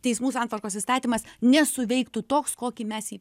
teismų santvarkos įstatymas nesuveiktų toks kokį mes jį